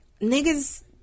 niggas